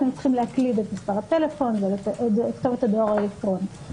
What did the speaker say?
צריכים להקליד את מספר הטלפון ואת כתובת הדואר האלקטרוני.